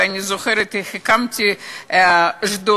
ואני זוכרת איך הקמתי שדולה,